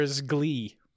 glee